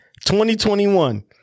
2021